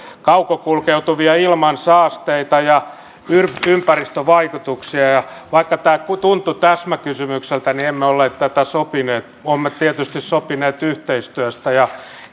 kaukokulkeutuvia ilmansaasteita ja ympäristövaikutuksia vaikka tämä tuntui täsmäkysymykseltä niin emme olleet tätä sopineet olemme tietysti sopineet yhteistyöstä ja